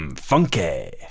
um funky.